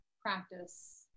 practice